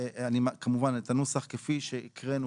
כמובן את הנוסח כפי שהקראנו,